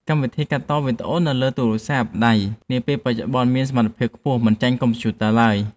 កម្មវិធីកាត់តវីដេអូនៅលើទូរស័ព្ទដៃនាពេលបច្ចុប្បន្នមានសមត្ថភាពខ្ពស់មិនចាញ់កុំព្យូទ័រឡើយ។